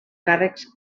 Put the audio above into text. càrrecs